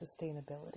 sustainability